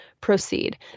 Proceed